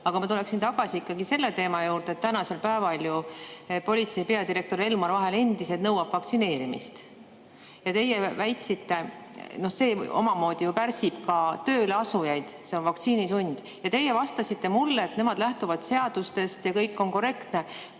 Aga ma tuleksin tagasi selle teema juurde, et tänasel päeval ju politseipeadirektor Elmar Vaher endiselt nõuab vaktsineerimist. See omamoodi ju pärsib ka tööle asumist, see on vaktsiinisund. Teie vastasite mulle, et nemad lähtuvad seadustest ja kõik on korrektne.